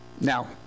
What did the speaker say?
now